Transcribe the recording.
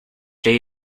day